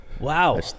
Wow